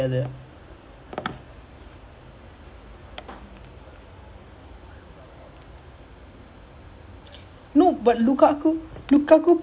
but I don't know I feel like it's the menu thing because like depay is playing so well now even luke cargo after he went from into milan is doing well